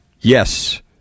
Yes